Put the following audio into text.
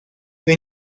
fue